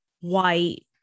white